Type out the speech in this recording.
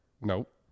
Nope